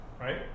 right